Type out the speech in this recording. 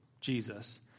Jesus